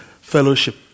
fellowship